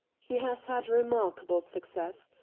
he has had remarkable success.